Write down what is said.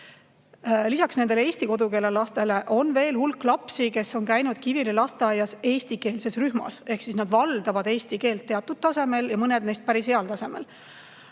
Lisaks nendele eesti kodukeelega lastele on veel hulk lapsi, kes on käinud Kiviõli lasteaias eestikeelses rühmas ehk nad valdavad eesti keelt teatud tasemel ja mõned neist päris heal tasemel.